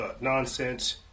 nonsense